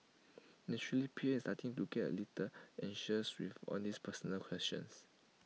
naturally P M is starting to get A little anxious with all these personal questions